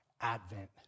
Advent